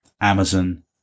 Amazon